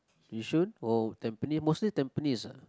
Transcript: yishun or tampines mostly tampines ah